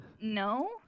No